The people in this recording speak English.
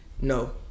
No